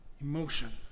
emotion